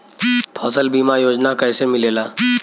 फसल बीमा योजना कैसे मिलेला?